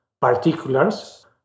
particulars